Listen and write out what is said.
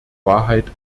wahrheit